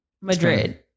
Madrid